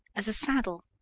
as a saddle,